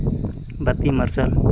ᱵᱟᱹᱛᱤ ᱢᱟᱨᱥᱟᱞ